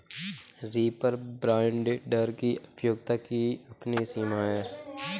reaper binder की उपयोगिता की अपनी सीमा है